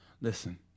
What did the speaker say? listen